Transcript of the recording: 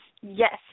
yes